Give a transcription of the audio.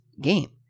game